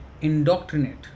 indoctrinate